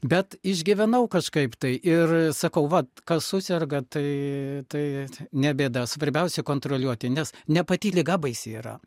bet išgyvenau kažkaip tai ir sakau vat kas suserga tai tai ne bėda svarbiausia kontroliuoti nes ne pati liga baisi yra